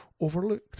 overlooked